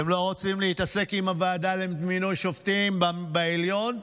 אתם לא רוצים להתעסק עם הוועדה למינוי שופטים בעליון?